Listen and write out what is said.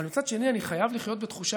אבל מצד שני אני חייב לחיות בתחושה